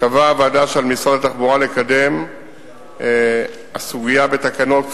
קבעה הוועדה שעל משרד התחבורה לקדם את הסוגיה בתקנות,